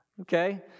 okay